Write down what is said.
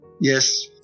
Yes